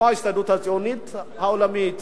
כמו ההסתדרות הציונית העולמית,